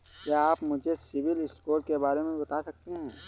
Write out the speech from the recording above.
क्या आप मुझे सिबिल स्कोर के बारे में बता सकते हैं?